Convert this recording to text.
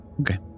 Okay